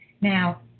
now